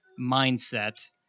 mindset